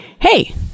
hey